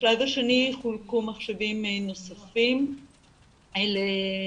בשלב השני חולקו מחשבים נוספים למשפחות